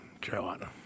Carolina